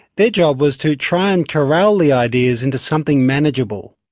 their job was to try and corral the ideas into something manageable.